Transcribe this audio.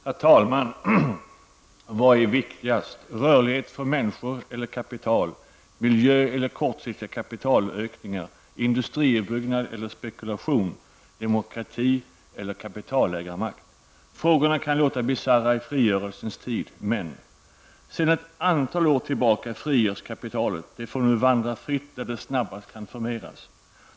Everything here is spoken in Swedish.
Herr talman! Vad är viktigast, rörligheten för människor eller kapital, miljö eller kortsiktiga kapitalökningar, industriutbyggnad eller spekulation, demokrati eller kapitalägarmakt? Frågorna kan låta bisarra i frigörelsens tid, men sedan ett antal år tillbaka frigörs kapitalet. Det får nu vandra fritt dit där det snabbast kan förmeras.